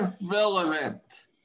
Irrelevant